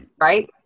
right